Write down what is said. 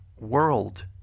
World